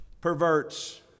perverts